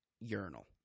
urinal